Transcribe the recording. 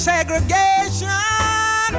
Segregation